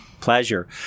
Pleasure